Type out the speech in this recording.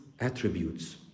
attributes